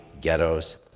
ghettos